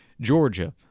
Georgia